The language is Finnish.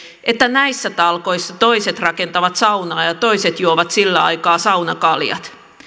että näissä talkoissa toiset rakentavat saunaa ja toiset juovat sillä aikaa saunakaljat